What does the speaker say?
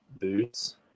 boots